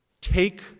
take